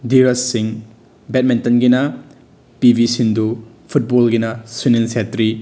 ꯗꯤꯔꯖ ꯁꯤꯡ ꯕꯦꯠꯃꯤꯟꯇꯟꯒꯤꯅ P V Sindhu ꯐꯨꯠꯕꯣꯜꯒꯤꯅ ꯁꯨꯅꯤꯜ ꯁꯦꯇ꯭ꯔꯤ